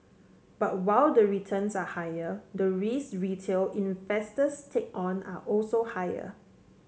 but while the returns are higher the risk retail investors take on are also higher